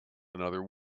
another